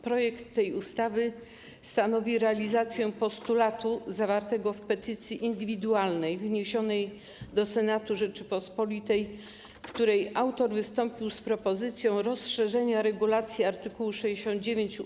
Projekt tej ustawy stanowi realizację postulatu zawartego w petycji indywidualnej wniesionej do Senatu Rzeczypospolitej, w której autor wystąpił z propozycją rozszerzenia regulacji art. 69